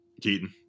Keaton